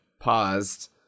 paused